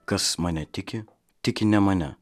kas mane tiki tiki ne mane